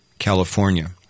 California